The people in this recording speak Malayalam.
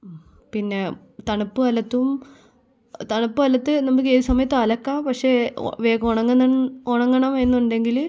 പിന്നെ തണുപ്പ് നമുക്ക് ഏതു സമയത്തും അലക്കാം പക്ഷേ വേഗം ഉണങ്ങണം ഉണങ്ങണം എന്നുണ്ടെങ്കിൽ